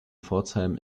pforzheim